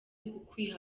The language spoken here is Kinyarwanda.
ukwiha